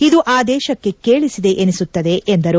ಇದು ಆ ದೇಶಕ್ಕೆ ಕೇಳಿಸಿದೆ ಎನಿಸುತ್ತದೆ ಎಂದರು